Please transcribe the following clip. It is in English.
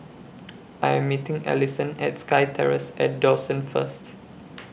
I Am meeting Allyson At SkyTerrace At Dawson First